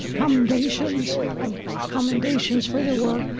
commendations um commendations for their work,